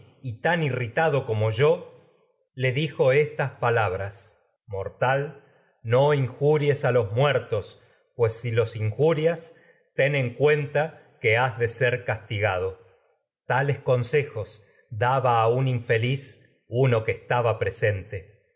y tan ix ritado como áyax yo le dijo estas palabras mortal en no injuries a los muertos ser pues si los injurias ten cuenta que a un has de uno castigado tales consejos yo daba infeliz que es estaba presente